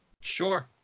Sure